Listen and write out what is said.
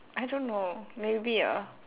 I don't know maybe ah